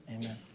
Amen